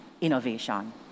innovation